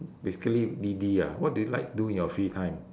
basically didi ah what do you like to do in your free time